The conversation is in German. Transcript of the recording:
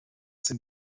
sind